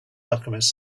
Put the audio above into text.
alchemist